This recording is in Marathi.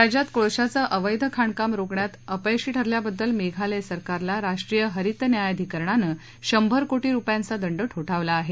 राज्यात कोळशाचं अवैध खाणकाम रोखण्यात अपयशी ठरल्याबद्दल मेघालय सरकारला राष्ट्रीय हरित न्यायाधिकरणाने शंभर कोशी रुपयांचा दंड ठोठावला आहे